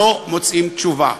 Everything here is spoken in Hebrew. לא מוצאים תשובה.